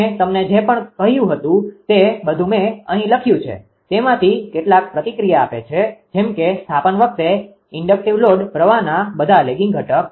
મેં તમને જે પણ કહ્યું હતું તે બધું મેં અહીં લખ્યું છે તેમાંથી કેટલાક પ્રતિક્રિયા આપે છે જેમ કે સ્થાપન વખતે ઇન્ડક્ટીવ લોડ પ્રવાહના બધા લેગિંગ ઘટક